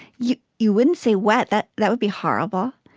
you you wouldn't say, well, that that would be horrible.